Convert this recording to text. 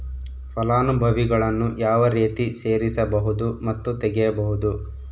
ಫಲಾನುಭವಿಗಳನ್ನು ಯಾವ ರೇತಿ ಸೇರಿಸಬಹುದು ಮತ್ತು ತೆಗೆಯಬಹುದು?